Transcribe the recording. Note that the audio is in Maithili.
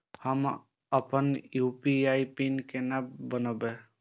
हम अपन यू.पी.आई पिन केना बनैब?